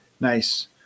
Nice